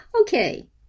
Okay